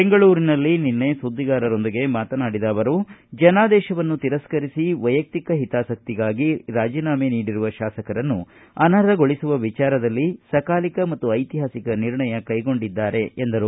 ಬೆಂಗಳೂರಿನಲ್ಲಿ ನಿನ್ನೆ ಸುದ್ದಿಗಾರರೊಂದಿಗೆ ಮಾತನಾಡಿದ ಅವರು ಜನಾದೇಶವನ್ನು ತಿರಸ್ಕರಿಸಿ ವೈಯಕ್ತಿಕ ಹಿತಾಸಕ್ತಿಗಾಗಿ ರಾಜೇನಾಮೆ ನೀಡಿರುವ ಶಾಸಕರನ್ನು ಅನರ್ಹಗೊಳಿಸುವ ವಿಚಾರದಲ್ಲಿ ಸಕಾಲಿಕ ಮತ್ತು ಐತಿಹಾಸಿಕ ನಿರ್ಣಯ ಕೈಗೊಂಡಿದ್ದಾರೆ ಎಂದರು